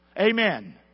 Amen